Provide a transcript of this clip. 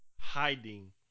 hiding